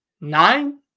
Nine